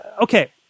Okay